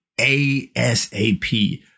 ASAP